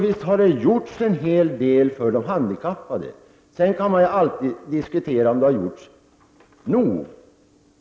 Visst har det gjorts en hel del för de handikappade. Sedan kan man alltid diskutera om det har gjorts nog.